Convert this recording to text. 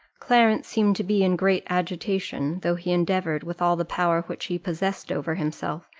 clarence seemed to be in great agitation, though he endeavoured, with all the power which he possessed over himself,